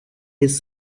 his